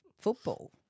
football